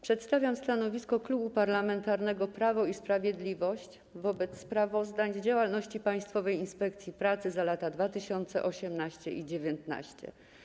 Przedstawiam stanowisko Klubu Parlamentarnego Prawo i Sprawiedliwość wobec sprawozdań z działalności Państwowej Inspekcji Pracy za lata 2018 i 2019.